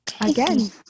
again